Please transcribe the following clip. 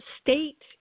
state